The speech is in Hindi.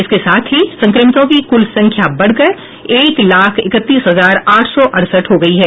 इसके साथ ही संक्रमितों की कुल संख्या बढकर एक लाख इकतीस हजार आठ सौ अड़सठ हो गई है